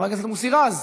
חבר הכנסת מוסי רז,